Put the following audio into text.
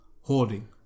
holding